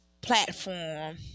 platform